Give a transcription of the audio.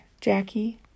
Jackie